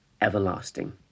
everlasting